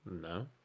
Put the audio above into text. No